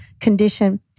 condition